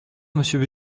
monsieur